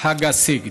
חג הסיגד.